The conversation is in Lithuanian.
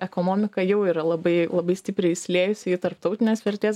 ekonomika jau yra labai labai stipriai įsiliejusi į tarptautinės vertės